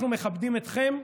אנחנו מכבדים אתכם,